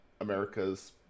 america's